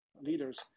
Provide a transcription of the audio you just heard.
leaders